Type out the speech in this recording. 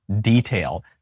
detail